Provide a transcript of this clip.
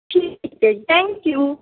ਠੀਕ ਹੈ ਜੀ ਥੈਂਕ ਯੂ